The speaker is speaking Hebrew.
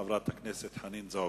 את חברת הכנסת חנין זועבי.